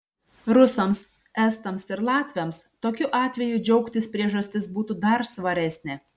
rusams estams ir latviams tokiu atveju džiaugtis priežastis būtų dar svaresnė